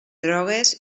drogues